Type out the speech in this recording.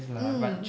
mm